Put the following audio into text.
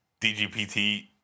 DGPT